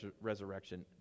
resurrection